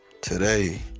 Today